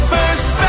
First